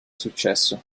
successo